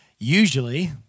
Usually